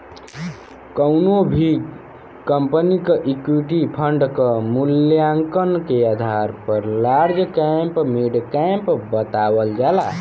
कउनो भी कंपनी क इक्विटी फण्ड क मूल्यांकन के आधार पर लार्ज कैप मिड कैप बतावल जाला